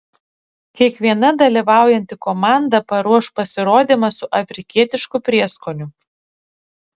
kiekviena dalyvaujanti komanda paruoš pasirodymą su afrikietišku prieskoniu